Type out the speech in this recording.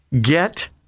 get